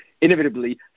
inevitably